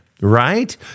right